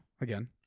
again